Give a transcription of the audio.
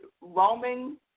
Roman